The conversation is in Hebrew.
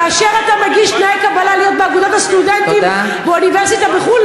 כאשר אתה מגיש תנאי קבלה להיות באגודת הסטודנטים באוניברסיטה בחו"ל,